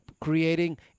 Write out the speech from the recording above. creating